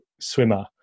swimmer